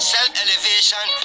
Self-elevation